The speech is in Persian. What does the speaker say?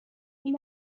این